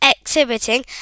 exhibiting